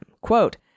quote